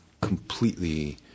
completely—